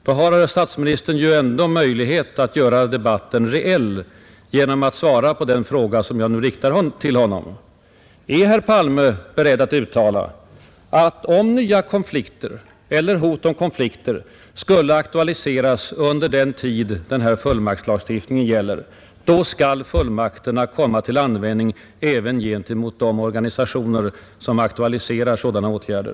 Då har herr statsministern ju ändå möjlighet att göra debatten reell genom att svara på den fråga som jag nu riktar till honom: Är herr Palme beredd att uttala, att om nya konflikter eller hot om konflikter skulle aktualiseras under den tid den här fullmaktslagstiftningen gäller, då skall fullmakterna komma till användning även gentemot de organisationer som aktualiserar sådana åtgärder?